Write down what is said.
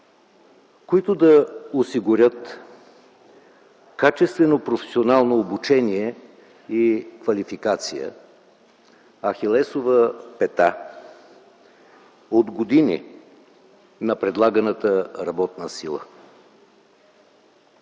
които да осигурят качествено професионално обучение и квалификация – ахилесова пета от години на предлаганата работна сила.